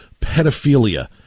pedophilia